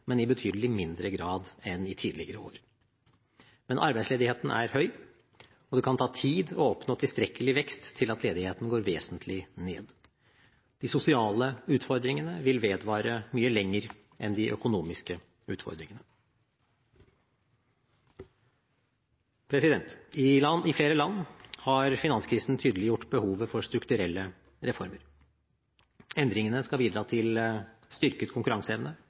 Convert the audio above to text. men i betydelig mindre grad enn i tidligere år. Arbeidsledigheten er imidlertid høy, og det kan ta tid å oppnå tilstrekkelig vekst til at ledigheten går vesentlig ned. De sosiale utfordringene vil vedvare mye lenger enn de økonomiske utfordringene. I flere land har finanskrisen tydeliggjort behovet for strukturelle reformer. Endringene skal bidra til styrket konkurranseevne